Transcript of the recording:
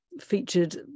featured